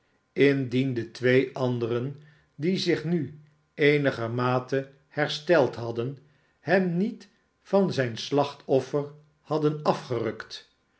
de twee anderen die zich nu eenigermate hersteld hadden hem niet van zijn slachtoryer hadden afgerukt